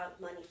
money